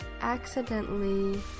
accidentally